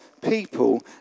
people